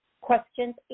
questions